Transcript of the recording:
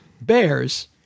bears